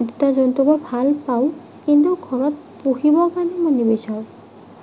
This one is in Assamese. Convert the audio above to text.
জীৱ জন্তুবোৰ ভাল পাওঁ কিন্তু ঘৰত পোহিবৰ কাৰণে মই নিবিচাৰোঁ